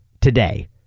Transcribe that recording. today